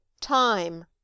time